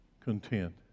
content